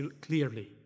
clearly